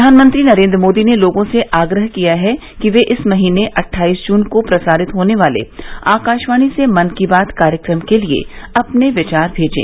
प्रधानमंत्री नरेन्द्र मोदी ने लोगों से आग्रह किया है कि वे इस महीने अटठाईस जून को प्रसारित होने वाले आकाशवाणी से मन की बात कार्यक्रम के लिए अपने विचार भेजें